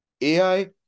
AI